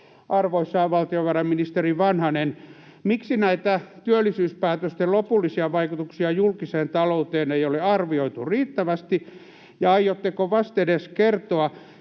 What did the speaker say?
Arvoisa valtiovarainministeri Vanhanen, miksi näitä työllisyyspäätösten lopullisia vaikutuksia julkiseen talouteen ei ole arvioitu riittävästi, ja aiotteko vastedes kertoa,